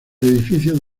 edificio